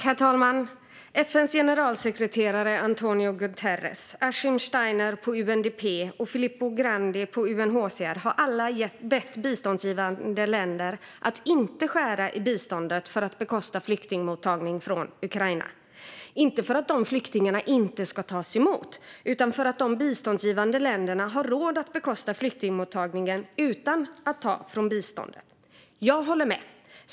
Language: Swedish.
Herr talman! FN:s generalsekreterare António Guterres, Achim Steiner på UNDP och Filippo Grandi på UNHCR har alla bett biståndsgivande länder att inte skära i biståndet för att bekosta flyktingmottagande från Ukraina - inte för att de flyktingarna inte ska tas emot utan för att de biståndsgivande länderna har råd att bekosta flyktingmottagandet utan att ta från biståndet. Jag håller med.